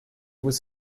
was